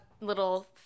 little